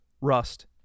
Rust